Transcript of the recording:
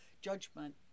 judgment